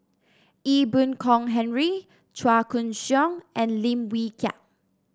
Ee Boon Kong Henry Chua Koon Siong and Lim Wee Kiak